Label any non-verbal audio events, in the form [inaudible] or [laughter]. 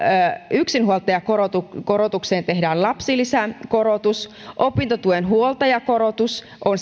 yksinhuoltajakorotukseen tehdään lapsilisäkorotus opintotuen huoltajakorotus on [unintelligible]